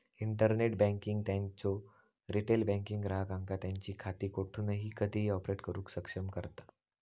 internet banking त्यांचो retail banking ग्राहकांका त्यांची खाती कोठूनही कधीही ऑपरेट करुक सक्षम करता